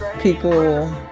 people